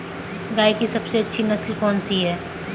गाय की सबसे अच्छी नस्ल कौनसी है?